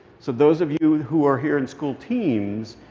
so those of you who are here in school teams,